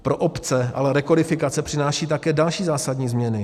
Pro obce ale rekodifikace přináší také zásadní změny.